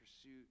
pursuit